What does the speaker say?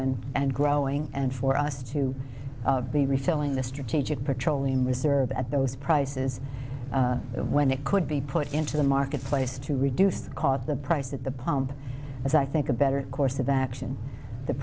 and growing and for us to be reselling the strategic petroleum reserve at those prices when it could be put into the marketplace to reduce the price at the pump is i think a better course of action the